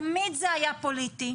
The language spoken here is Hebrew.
תמיד זה היה פוליטי,